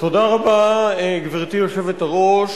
גברתי היושבת-ראש,